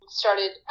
started